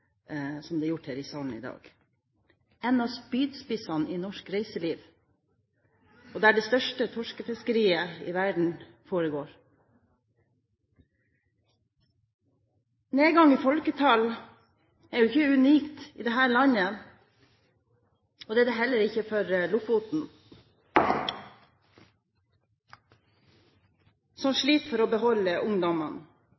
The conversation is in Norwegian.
som det er gjort her i salen i dag. Lofoten er en av spydspissene i norsk reiseliv, og der det største torskefisket i verden foregår. Nedgang i folketall er jo ikke unikt i dette landet. Og det er det heller ikke for Lofoten, som